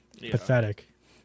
Pathetic